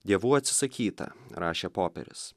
dievų atsisakyta rašė poperis